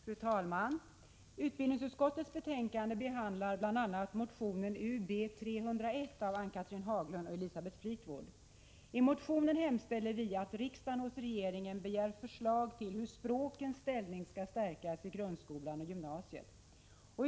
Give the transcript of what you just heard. Fru talman! Utbildningsutskottets betänkande behandlar bl.a. motionen Ub301 av mig och Elisabeth Fleetwood. I motionen hemställer vi att riksdagen hos regeringen begär förslag till hur språkens ställning skall stärkas i grundskolan och gymnasiet.